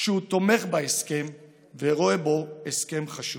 הוא תומך בהסכם ורואה בו הסכם חשוב.